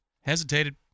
Hesitated